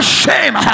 shame